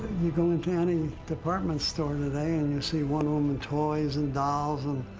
you go into any department store today, and you see wonder woman toys and dolls and.